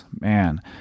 man